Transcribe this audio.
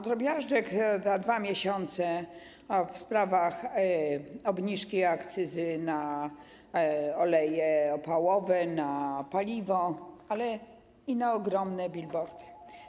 Drobiażdżek za 2 miesiące w sprawach obniżki akcyzy na oleje opałowe, na paliwo, ale i na ogromne bilbordy.